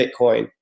Bitcoin